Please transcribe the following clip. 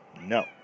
No